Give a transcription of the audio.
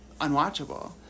unwatchable